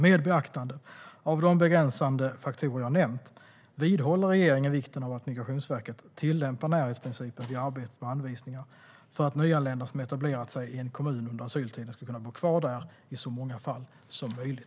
Med beaktande av de begränsande faktorer jag nämnt vidhåller regeringen vikten av att Migrationsverket tillämpar närhetsprincipen vid arbetet med anvisningar för att nyanlända som etablerat sig i en kommun under asyltiden ska kunna bo kvar där i så många fall som möjligt.